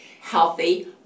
healthy